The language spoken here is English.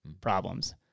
problems